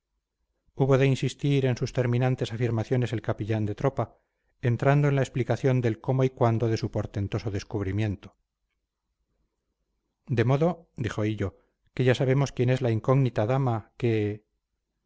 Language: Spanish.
de insistir en sus terminantes afirmaciones el capellán de tropa entrando en la explicación del cómo y cuándo de su portentoso descubrimiento de modo dijo hillo que ya sabemos quién es la incógnita dama que